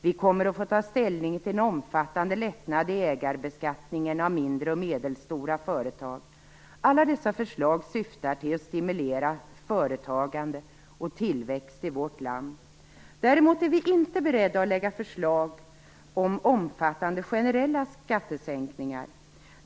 Vi kommer att få ta ställning till en omfattande lättnad i ägarbeskattningen av mindre och medelstora företag. Alla dessa förslag syftar till att stimulera företagande och tillväxt i vårt land. Däremot är vi inte beredda att lägga fram förslag om omfattande generella skattesänkningar.